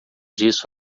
disso